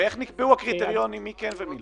איך נקבעו הקריטריונים מי כן ומי